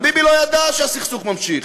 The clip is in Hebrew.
אבל ביבי לא ידע שהסכסוך ממשיך,